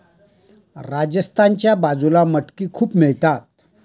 राजस्थानच्या बाजूला मटकी खूप मिळतात